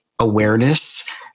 awareness